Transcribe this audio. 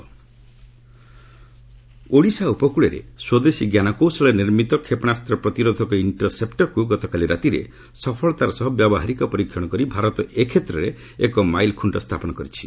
India missile Odisha ଉପକୂଳରେ ସ୍ୱଦେଶୀ ଜ୍ଞାନକୌଶଳରେ ନିର୍ମିତ କ୍ଷେପଣାସ୍ତ ପ୍ରତିରୋଧକ ଇଣ୍ଟର ସେପ୍ଟରକୁ ଗତକାଲି ରାତିରେ ସଫଳତାର ସହ ବ୍ୟାବହାରିକ ପରୀକ୍ଷଣ କରି ଭାରତ ଏ କ୍ଷେତ୍ରରେ ଏକ ମାଇଲ୍ଖୁଣ୍ଟ ସ୍ଥାପନ କରିଛି